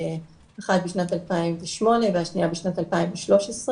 אחת בשנת 2008 והשנייה בשנת 2013,